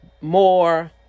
more